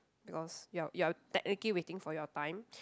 because you are you are technically waiting for your time